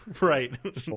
Right